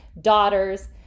daughters